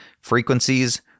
frequencies